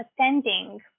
attending